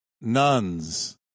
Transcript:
nuns